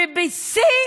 ובשיא